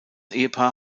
ehepaar